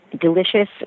Delicious